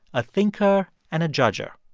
a thinker and a judger.